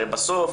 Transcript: הרי בסוף